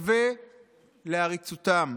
מסווה לעריצותם.